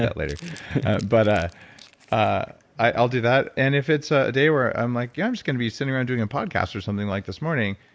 later but ah i'll do that and if it's ah a day where i'm like yeah, i'm just going to be sitting around doing a podcast or something like this morning,